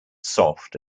soft